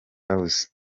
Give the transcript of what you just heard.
house